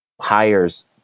hires